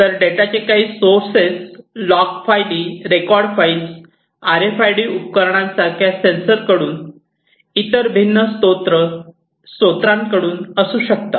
तर डेटाचे काही सोर्से लॉग फायली रेकॉर्ड फाइल्स आरएफआयडी उपकरणांसारख्या सेन्सर कडून इतर भिन्न सोर्से स्त्रोतांकडून असू शकतात